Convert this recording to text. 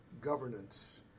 governance